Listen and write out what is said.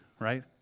right